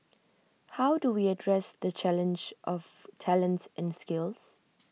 how do we address the challenge of talent and skills